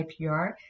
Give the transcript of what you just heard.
ipr